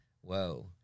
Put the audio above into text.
whoa